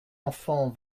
enfant